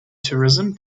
tourism